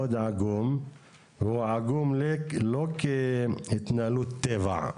והוא עגום לא כהתנהלות טבע,